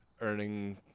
earning